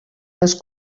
les